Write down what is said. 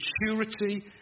maturity